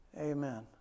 Amen